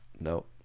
No